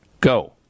Go